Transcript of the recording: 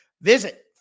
Visit